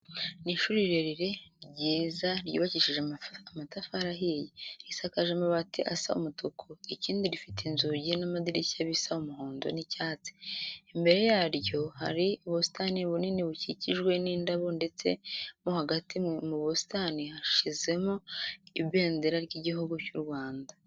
Ni ishuri rirerire ryiza ryubakishije amatafari ahiye, risakaje amabati asa umutuku. Ikindi rifite inzugi n'amadirishya bisa umuhondo n'icyatsi. Imbere yaryo hari ubusitani bunini bukikijwe n'indabo ndeste mo hagati mu busitani hashinzemo Ibendera ry'Igihugu cy'u Rwanda.